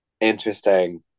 interesting